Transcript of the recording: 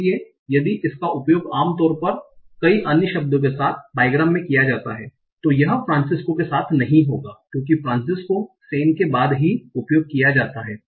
इसलिए यदि इसका उपयोग आमतौर पर ओर कई अन्य शब्दों के साथ बाइग्राम्स में किया जाता है तो यह फ्रांसिस्को के साथ नहीं होगा क्योंकि फ्रांसिस्को सेन के बाद ही उपयोग किया जाता है